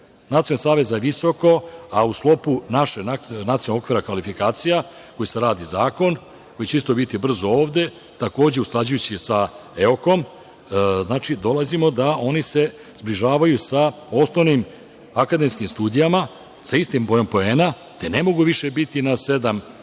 visoko, a u sklopu našeg nacionalnog okvira kvalifikacija koji se radi, radi se taj zakon, koji će isto biti brzo ovde, takođe usklađujući sa EOKOM, znači dolazimo da se oni zbližavaju sa osnovnim akademskim studijama, sa istim brojem poena, te ne mogu više biti na